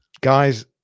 guys